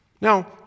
Now